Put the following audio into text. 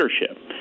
leadership